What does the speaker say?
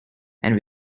and